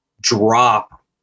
drop